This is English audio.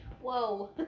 Whoa